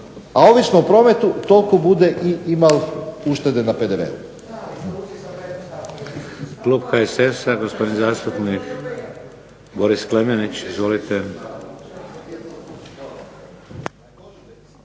u običnom prometu toliko bude i imal uštede na PDV-u.